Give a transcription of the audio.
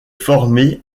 formée